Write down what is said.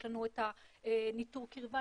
יש לנו את ניטור הקירבה.